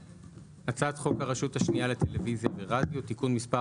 הצעת חוק הרשות השנייה לטלוויזיה ורדיו (תיקון מס'